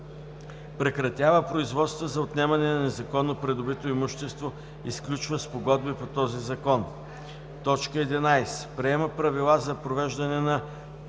прекратява производства за отнемане на незаконно придобито имущество и сключва спогодби по този Закон; 11. приема правила за провеждане на